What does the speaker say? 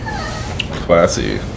Classy